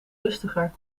rustiger